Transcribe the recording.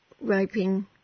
raping